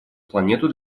планету